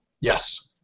Yes